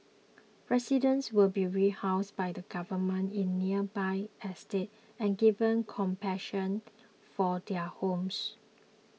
residents will be rehoused by the Government in nearby estates and given compensation for their homes